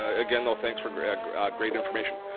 ah again though, thanks for great great information.